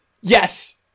yes